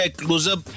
close-up